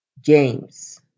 James